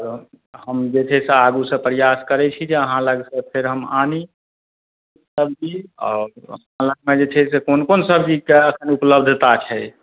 हम जे छै से आगूसँ प्रयास करय छी जे अहाँ लगसँ फेर हम आनी सब्जी आओर अहाँ जे छै से कोन कोन सब्जीके एखन उपलब्धता छै